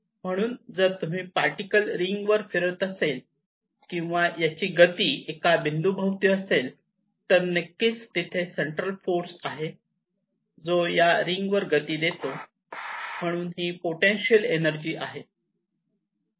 म्हणून जर तुम्ही पार्टिकल रिंग वर फिरत असेल किंवा याची गती एका बिंदू भोवती असेल तर नक्कीच तिथे सेंट्रल फोर्स आहे जो या रिंग वर गती देतो म्हणून ही पोटेन्शिअल एनर्जी आहे